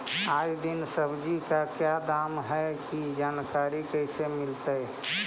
आज दीन सब्जी का क्या दाम की जानकारी कैसे मीलतय?